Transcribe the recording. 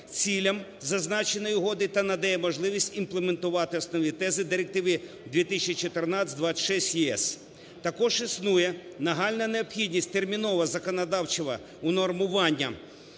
цілям зазначеної угоди та надає можливість імплементувати основні тези Директиви 2014/26/ЄС. Також існує нагальна необхідність термінового законодавчого унормування